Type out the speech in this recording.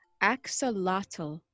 Axolotl